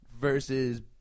versus